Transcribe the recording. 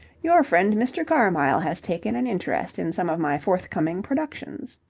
your friend, mr. carmyle, has taken an interest in some of my forthcoming productions.